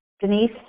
Denise